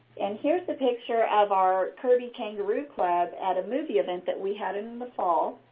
and here's a picture of our kirby kangaroo club at a movie event that we had in the fall.